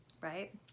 right